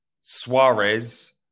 Suarez